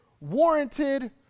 warranted